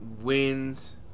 wins